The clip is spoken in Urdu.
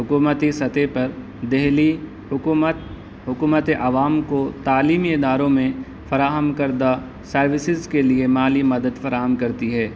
حکومتی سطح پر دلی حکومت حکومت عوام کو تعلیمی اداروں میں فراہم کردہ سروسیز کے لیے مالی مدد فراہم کرتی ہے